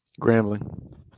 Grambling